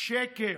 שקר.